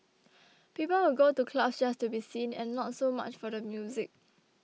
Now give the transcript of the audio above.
people would go to clubs just to be seen and not so much for the music